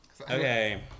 Okay